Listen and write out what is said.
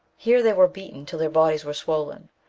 here they were beaten till their bodies were swollen.